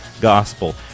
gospel